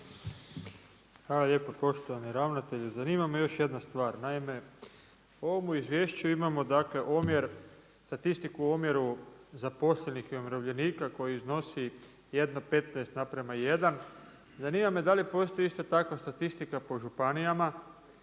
Hvala lijepo. Poštovani ravnatelju. Zanima me još jedna stvar, naime u ovome izvješću imamo omjer statistiku u omjeru zaposlenih i umirovljenika koji iznosi 1,15:1, zanima me da li postoji ista takva statistika po županijama?